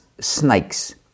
snakes